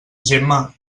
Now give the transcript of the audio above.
gemma